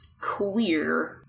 queer